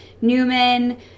Newman